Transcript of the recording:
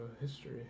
history